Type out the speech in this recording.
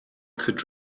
could